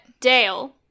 dale